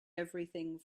everything